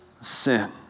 sin